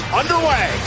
underway